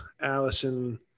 Allison